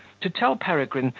to tell peregrine,